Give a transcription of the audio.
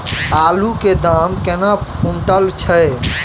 आलु केँ दाम केना कुनटल छैय?